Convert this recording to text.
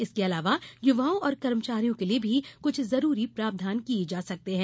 इसका अलावा युवाओं और कर्मचारियों के लिए भी कुछ जरूरी प्रावधान किये जा सकते है